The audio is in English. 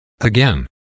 Again